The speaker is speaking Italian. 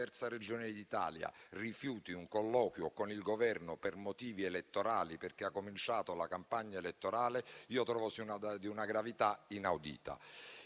terza Regione d'Italia rifiuti un colloquio con il Governo per motivi elettorali, perché ha cominciato la campagna elettorale, trovo che sia una di una gravità inaudita.